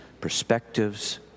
perspectives